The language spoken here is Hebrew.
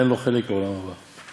אין לו חלק לעולם הבא.